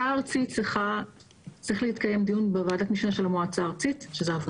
צריך להתקיים דיון בוועדת המשנה של המועצה הארצית.